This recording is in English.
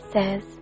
says